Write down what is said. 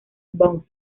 von